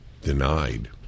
denied